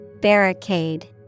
Barricade